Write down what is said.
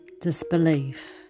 Disbelief